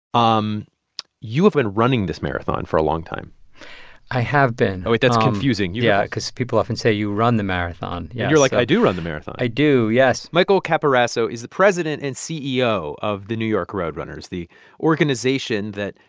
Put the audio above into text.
um you have been running this marathon for a long time i have been oh, wait that's confusing yeah, cause people often say, you run the marathon and yeah you're like, i do run the marathon i do, yes michael capiraso is the president and ceo of the new york road runners, the organization that,